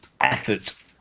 effort